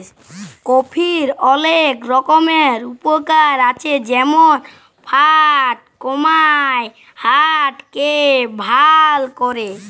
কফির অলেক রকমের উপকার আছে যেমল ফ্যাট কমায়, হার্ট কে ভাল ক্যরে